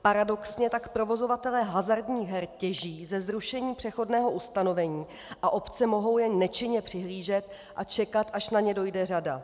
Paradoxně tak provozovatelé hazardních her těží ze zrušení přechodného ustanovení a obce mohou jen nečinně přihlížet a čekat, až na ně dojde řada.